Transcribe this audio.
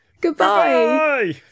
Goodbye